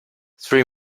three